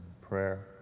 prayer